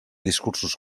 discursos